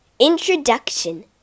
Introduction